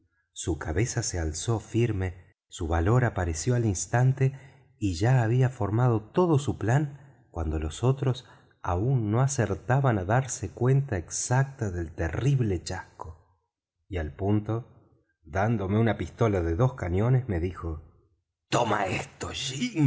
su cabeza se alzó firme su valor apareció al instante y ya había formado todo su plan cuando los otros aún no acertaban á darse cuenta exacta del terrible chasco y al punto dándome una pistola de dos cañones me dijo toma esto